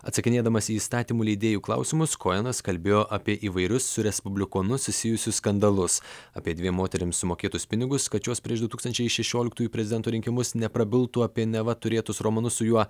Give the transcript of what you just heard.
atsakinėdamas į įstatymų leidėjų klausimus kojenas kalbėjo apie įvairius su respublikonu susijusius skandalus apie dviem moterim sumokėtus pinigus kad šios prieš du tūkstančiai šešioliktųjų prezidento rinkimus neprabiltų apie neva turėtus romanus su juo